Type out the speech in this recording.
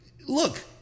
look